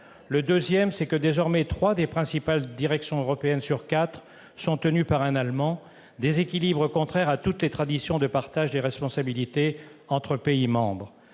Le deuxième, c'est que désormais trois des principales directions européennes sur quatre sont tenues par un Allemand, déséquilibre contraire à toutes les traditions de partage des responsabilités entre pays membres.